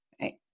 right